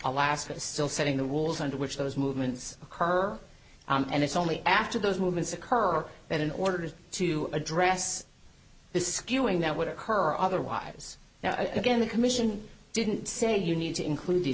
alaska still setting the rules under which those movements occur and it's only after those movements occur that in order to address the skewing that would occur otherwise now again the commission didn't say you need to include the